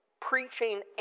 preaching